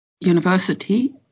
university